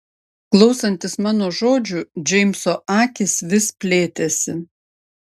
klausantis mano žodžių džeimso akys vis plėtėsi